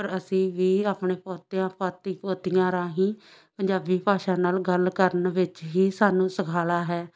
ਪਰ ਅਸੀਂ ਵੀ ਆਪਣੇ ਪੋਤਿਆਂ ਪੋਤੀ ਪੋਤੀਆਂ ਰਾਹੀਂ ਪੰਜਾਬੀ ਭਾਸ਼ਾ ਨਾਲ ਗੱਲ ਕਰਨ ਵਿੱਚ ਹੀ ਸਾਨੂੰ ਸੁਖਾਲਾ ਹੈ